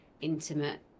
intimate